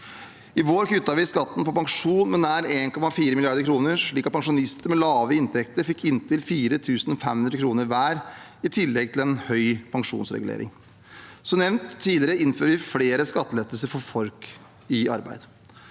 I vår kuttet vi skatten på pensjon med nær 1,4 mrd. kr, slik at pensjonister med lave inntekter fikk inntil 4 500 kr hver, i tillegg til en høy pensjonsregulering. Som nevnt tidligere innfører vi flere skattelettelser for folk i arbeid.